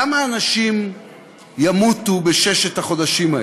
כמה אנשים ימותו בששת החודשים האלה?